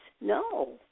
No